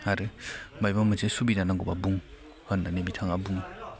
आरो मायबा मोनसे सुबिदा नांगौब्ला बुं होननानै बिथाङा बुङो